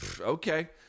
okay